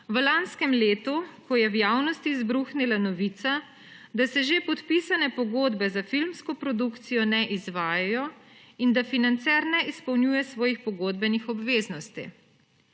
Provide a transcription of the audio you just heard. v lanskem letu, ko je v javnosti izbruhnila novica, da se že podpisane pogodbe za filmsko produkcijo ne izvajajo in da financer ne izpolnjuje svojih pogodbenih obveznosti.